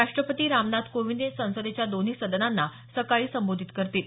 राष्ट्रपती रामनाथ कोविंद संसदेच्या दोन्ही सदनांना सकाळी संबोधित करतील